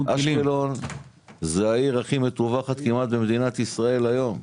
אשקלון היא העיר הכי מטווחת במדינת ישראל היום.